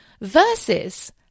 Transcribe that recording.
Versus